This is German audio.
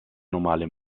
normale